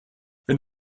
wenn